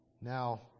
Now